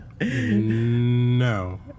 No